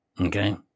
Okay